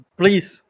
please